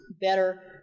better